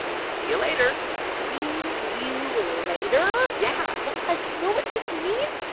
see you later see you later? yeah raz, you know what this means?